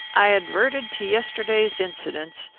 i adverted to yesterday's incidents,